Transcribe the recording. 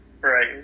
Right